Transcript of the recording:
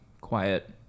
quiet